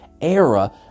era